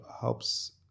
helps